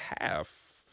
half